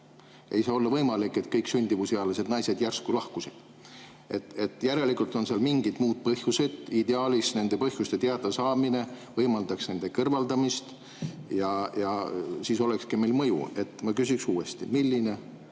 Ei saa olla võimalik, et kõik sünnitamisealised naised järsku lahkusid. Järelikult on seal mingid muud põhjused. Ideaalis nende põhjuste teadasaamine võimaldaks nende kõrvaldamist ja siis olekski sellel mõju. Ma küsin uuesti: milline